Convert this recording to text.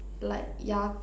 like ya~